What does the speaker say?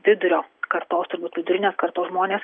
vidurio kartos turbūt vidurinės kartos žmonės